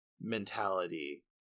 mentality